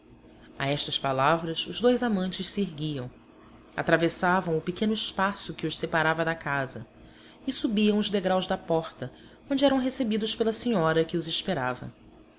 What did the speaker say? a estas palavras os dois amantes se erguiam atravessavam o pequeno espaço que os separava da casa e subiam os degraus da porta onde eram recebidos pela senhora que os esperava